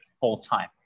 full-time